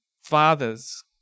Fathers